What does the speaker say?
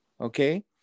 okay